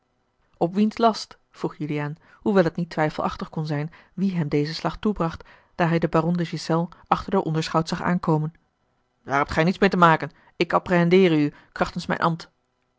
op wiens last vroeg juliaan hoewel het niet twijfelachtig kon zijn wie hem dezen slag toebracht daar hij den baron de ghiselles achter den onderschout zag aankomen daar hebt gij niets meê te maken ik apprehendeere u krachtens mijn